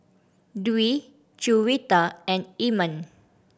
Dwi Juwita and Iman